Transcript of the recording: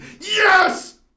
Yes